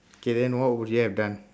okay then what would you have done